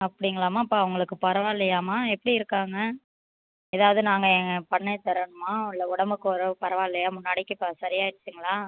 அப்படிங்களாம்மா இப்போ அவங்களுக்கு பரவாயில்லையாம்மா எப்படி இருக்காங்க ஏதாவது நாங்கள் எங்கே பண்ணித் தரணுமா இல்லை உடம்புக்கு ஓரளவு பரவாயில்லையா முன்னாடிக்கு இப்போ சரியாகிடுச்சுங்களா